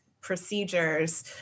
procedures